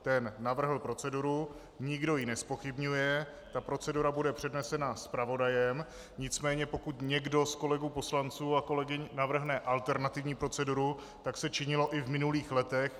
Ten navrhl proceduru, nikdo ji nezpochybňuje, procedura bude přednesena zpravodajem, nicméně pokud někdo z kolegů poslanců a kolegyň navrhne alternativní proceduru, tak se činilo i v minulých letech.